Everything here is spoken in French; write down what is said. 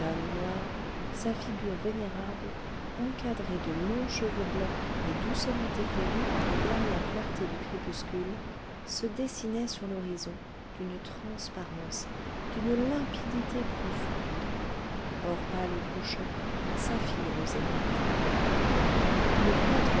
noire sa figure vénérable encadrée de longs cheveux blancs et doucement éclairée par les dernières clartés du crépuscule se dessinaient sur l'horizon d'une transparence d'une limpidité profondes or pâle au couchant saphir au zénith le prêtre